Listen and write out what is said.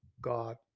God